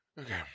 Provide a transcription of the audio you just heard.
Okay